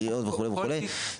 יריות וכולי וכולי.